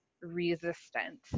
resistant